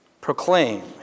proclaim